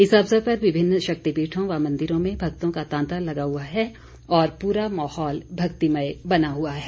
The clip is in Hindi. इस अवसर पर विभिन्न शक्तिपीठों व मंदिरों में भक्तों का तांता लगा हुआ है और पूरा माहौल भक्तिमय बना हुआ है